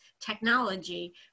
technology